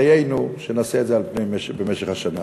דיינו שנעשה את זה במשך השנה.